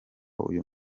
uyu